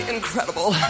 Incredible